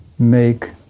make